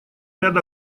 ряд